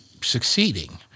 succeeding